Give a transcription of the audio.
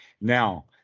Now